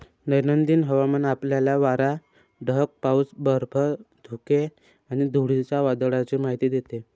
दैनंदिन हवामान आपल्याला वारा, ढग, पाऊस, बर्फ, धुके आणि धुळीच्या वादळाची माहिती देते